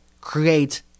create